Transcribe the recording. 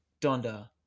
Donda